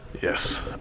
Yes